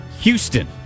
Houston